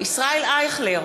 ישראל אייכלר,